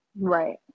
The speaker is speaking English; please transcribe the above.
Right